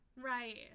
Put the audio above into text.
Right